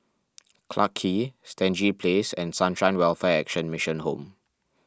Clarke Quay Stangee Place and Sunshine Welfare Action Mission Home